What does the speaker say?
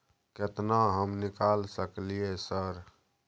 केतना हम निकाल सकलियै सर?